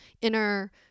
inner